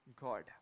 God